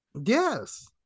Yes